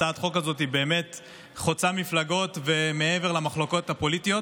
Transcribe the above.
הצעת החוק הזאת באמת חוצה מפלגות ומעבר למחלוקות הפוליטיות.